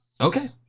Okay